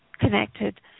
connected